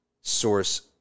source